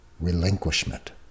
relinquishment